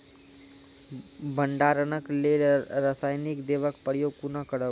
भंडारणक लेल रासायनिक दवेक प्रयोग कुना करव?